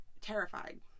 terrified